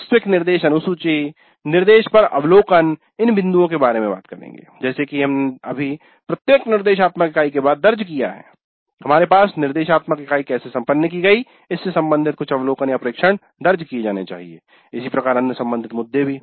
वास्तविक निर्देश अनुसूची निर्देश पर अवलोकन इन बिन्दुओ के बारे में जैसा कि हमने अभी प्रत्येक निर्देशात्मक इकाई के बाद दर्ज किया है हमारे पास निर्देशात्मक इकाई कैसे सम्पन्न की गई इससे सम्बंधित कुछ अवलोकनप्रेक्षण दर्ज किए जाने चाहिए इसी प्रकार अन्य सम्बंधित मुद्दे भी